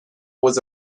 was